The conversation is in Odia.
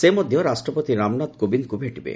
ସେ ମଧ୍ୟ ରାଷ୍ଟ୍ରପତି ରାମନାଥ କୋବିନ୍ଦଙ୍କୁ ଭେଟିବେ